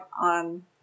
on